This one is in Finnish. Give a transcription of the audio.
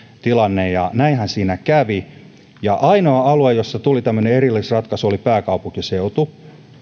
tilanne ja näinhän siinä kävi ainoa alue jolla tuli tämmöinen erillisratkaisu oli pääkaupunkiseutu